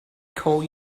call